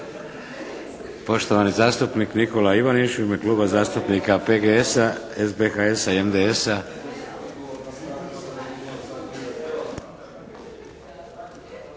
Poštovani zastupnik Nikola Ivaniš u ime kluba zastupnika PGS-a, SBHS-a